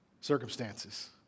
circumstances